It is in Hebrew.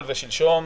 ושלשום